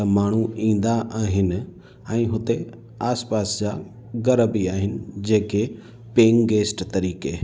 त माण्हू ईंदा आहिनि ऐं हुते आस पास जा घर बि आहिनि जेके पेईंग गेस्ट तरीक़े